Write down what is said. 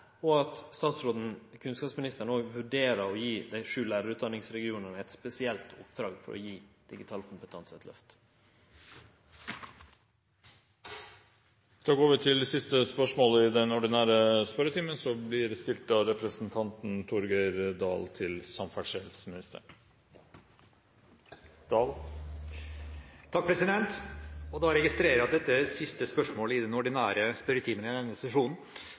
og at kunnskapsministeren òg vurderer å gje dei sju lærarutdanningsregionane eit spesielt oppdrag for å gje digital kompetanse eit løft. Da registrerer jeg at dette er det siste spørsmålet i den ordinære spørretimen i denne sesjonen, så litt historisk er det,